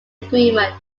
agreement